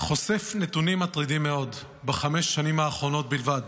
חושף נתונים מטרידים מאוד מחמש השנים האחרונות בלבד.